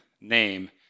name